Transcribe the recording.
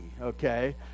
okay